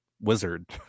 wizard